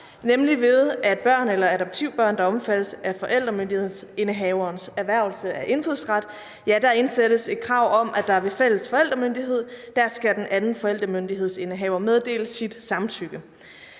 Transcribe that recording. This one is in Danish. med børn eller adoptivbørn, der omfattes af forældremyndighedsindehaverens erhvervelse af indfødsret, indsættes et krav om, at den anden forældremyndighedsindehaver, hvis der er fælles forældremyndighed, skal meddele sit samtykke.